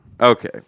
Okay